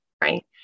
right